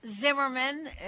Zimmerman